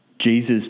Jesus